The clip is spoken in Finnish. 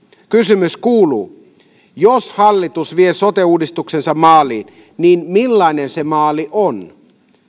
kysymys kuuluu jos hallitus vie sote uudistuksensa maaliin niin millainen se maali on